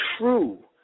true